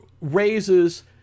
raises